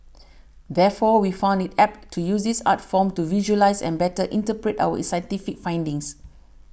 therefore we found it apt to use this art form to visualise and better interpret our scientific findings